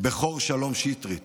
בכור שלום שטרית